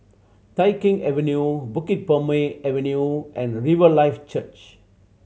Tai Keng Avenue Bukit Purmei Avenue and Riverlife Church